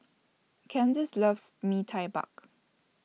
Candyce loves Mee Tai